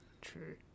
True